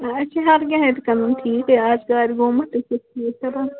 أسۍ چھِ ہر کیٚنہہ حظ کران ٹھیٖک یہِ آسہِ گاڑِ گوٚمُت تہِ چھِ أسۍ ٹھیٖک کران